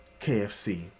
KFC